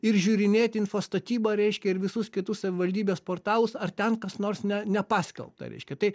ir žiūrinėti info statybą reiškia ir visus kitus savivaldybės portalus ar ten kas nors ne nepaskelbta reiškia tai